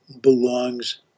belongs